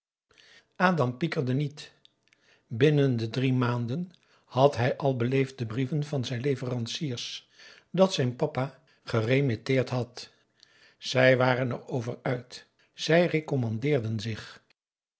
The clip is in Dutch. adam pikirde niet binnen de drie maanden had hij al beleefde brieven van zijn leveranciers dat zijn papa geremitteerd had zij waren erover uit zij recommandeerden zich